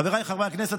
חבריי חברי הכנסת,